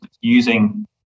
using